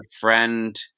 friend